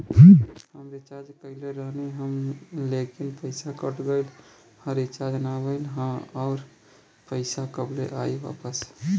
हम रीचार्ज कईले रहनी ह लेकिन पईसा कट गएल ह रीचार्ज ना भइल ह और पईसा कब ले आईवापस?